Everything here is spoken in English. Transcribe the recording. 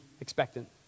expectant